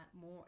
more